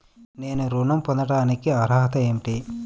నేను ఋణం పొందటానికి అర్హత ఏమిటి?